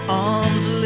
arms